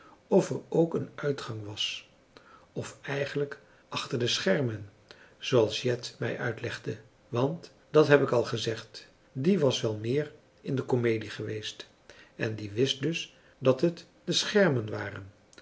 of er ook een uitgang was of eigenlijk achter de schermen zooals jet mij uitlegde want dat heb ik al gezegd die was wel meer in de komedie geweest en die wist dus dat het de schermen waren